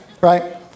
right